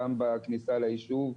גם בכניסה ליישוב,